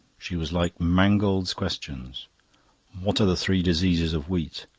she was like mangold's questions what are the three diseases of wheat?